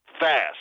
fast